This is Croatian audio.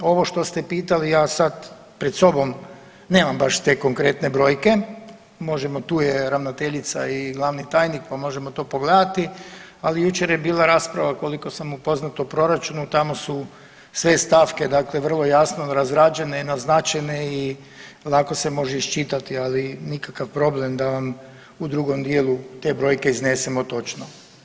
Ovo što ste pitali ja sad pred sobom nemam baš te konkretne brojke, možemo tu je ravnateljica i glavni tajnik pa možemo to pogledati, ali jučer je bila rasprava koliko sam upoznato o proračunu tamo su sve stavke dakle vrlo jasno razrađene i naznačene i lako se može iščitati, ali nikakav problem da vam u drugom dijelu te brojke iznesemo točno.